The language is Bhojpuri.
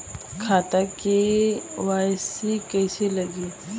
खाता में के.वाइ.सी कइसे लगी?